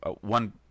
one